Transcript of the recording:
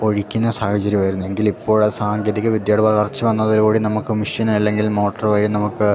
ഒഴിക്കുന്ന സാഹചര്യം ആയിരുന്നു എങ്കിൽ ഇപ്പോൾ ആ സാങ്കേതിക വിദ്യയുടെ വളർച്ച വന്നതിലൂടെ നമുക്ക് മെഷ്യൻ അല്ലെങ്കിൽ മോട്ടർ വഴി നമുക്ക്